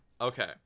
okay